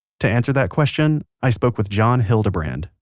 to answer that question, i spoke with john hildebrand,